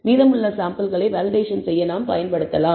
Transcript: மீதமுள்ள சாம்பிள்களை வேலிடேஷன் செய்ய நாம் பயன்படுத்தலாம்